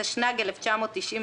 התשנ"ג-1993,